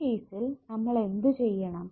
ആ കേസിൽ നമ്മൾ എന്തുചെയ്യണം